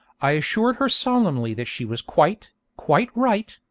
i assured her solemnly that she was quite, quite right,